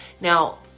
Now